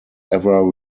ever